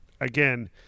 Again